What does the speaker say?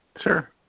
Sure